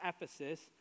Ephesus